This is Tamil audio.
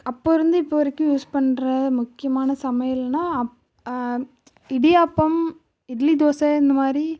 அப்போதிருந்து இப்போ வரைக்கும் யூஸ் பண்ணுற முக்கியமான சமையல்னால் அப் இடியாப்பம் இட்லி தோசை இந்த மாதிரி